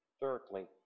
Thirdly